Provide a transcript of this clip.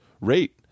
rate